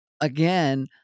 again